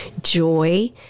joy